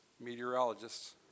meteorologist's